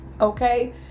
Okay